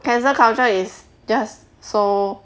cancel culture is just so